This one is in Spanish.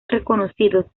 reconocidos